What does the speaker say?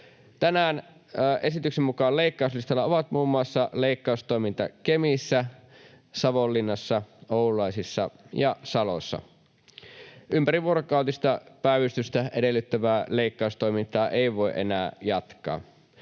Tämän esityksen mukaan leikkauslistalla ovat muun muassa leikkaustoiminta Kemissä, Savonlinnassa, Oulaisissa ja Salossa. Ympärivuorokautista päivystystä edellyttävää leikkaustoimintaa ei voi enää jatkaa.